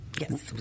Yes